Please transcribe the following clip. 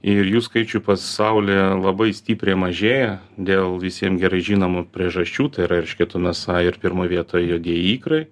ir jų skaičių pasaulyje labai stipriai mažėja dėl visiem gerai žinomų priežasčių tai yra eršketų mėsa ir pirmoj vietoj juodieji ikrai